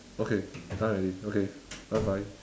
okay done already okay bye bye